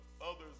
others